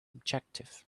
objective